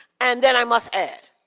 and then i must add.